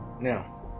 Now